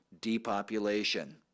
depopulation